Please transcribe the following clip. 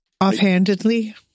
Offhandedly